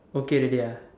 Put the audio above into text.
okay already ah